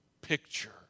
picture